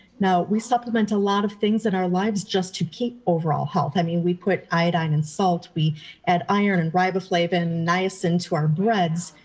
now we supplement a lot of things in our lives just to keep overall health. i mean, we put iodine in salt. we add iron and riboflavin and niacin to our breads,